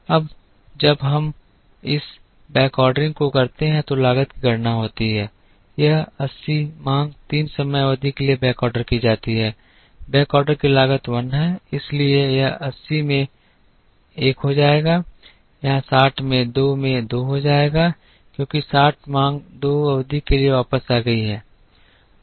अब जब हम इस बैकऑर्डरिंग को करते हैं तो लागत की गणना होगी यह 80 मांग तीन समय अवधि के लिए बैकऑर्डर की जाती है बैकऑर्डर की लागत 1 है इसलिए यह 80 में 1 हो जाएगा यहां 60 में 2 में 2 हो जाएगा क्योंकि 60 मांग दो अवधि के लिए वापस आ गई है